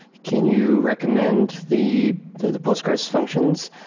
can you recommend the the postgres functions?